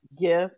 gift